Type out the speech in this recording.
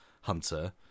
hunter